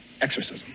exorcism